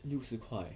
六十块